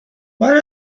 what